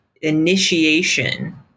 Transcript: initiation